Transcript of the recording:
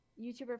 YouTuber